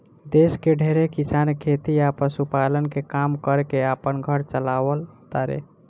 देश के ढेरे किसान खेती आ पशुपालन के काम कर के आपन घर चालाव तारे